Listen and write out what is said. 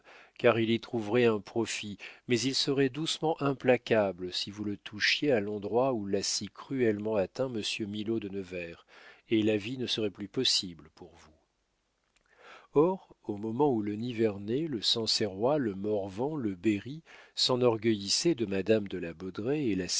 car il y trouverait un profit mais il serait doucement implacable si vous le touchiez à l'endroit où l'a si cruellement atteint monsieur milaud de nevers et la vie ne serait plus possible pour vous or au moment où le nivernais le sancerrois le morvan le berry s'enorgueillissaient de madame de la